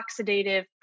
oxidative